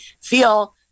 feel